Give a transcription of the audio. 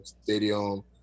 stadium